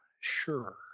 Sure